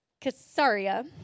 Caesarea